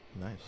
nice